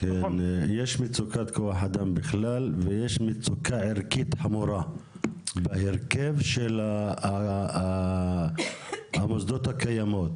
יש מצוקת כוח אדם בכלל ויש מצוקה ערכית חמורה בהרכב של המוסדות הקיימים.